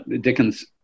Dickens